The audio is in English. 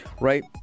right